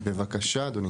בבקשה אדוני